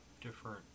different